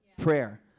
prayer